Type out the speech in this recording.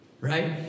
right